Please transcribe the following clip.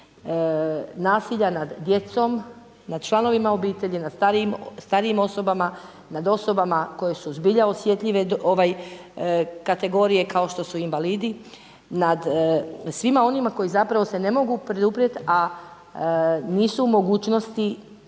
nasilja nad djecom, nad članovima obitelji, nad starijim osobama, nad osobama koje su zbilja osjetljive kategorije kao što su invalidi, nad svima onima koji se ne mogu oduprijeti, a nisu u mogućnosti